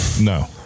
No